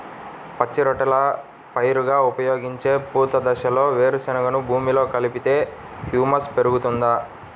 పచ్చి రొట్టెల పైరుగా ఉపయోగించే పూత దశలో వేరుశెనగను భూమిలో కలిపితే హ్యూమస్ పెరుగుతుందా?